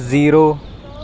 zero